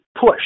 push